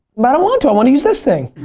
but don't want to. i want to use this thing.